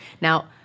Now